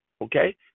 Okay